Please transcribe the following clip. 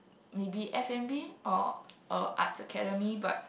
maybe F and B or a arts academy but